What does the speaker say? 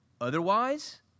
Otherwise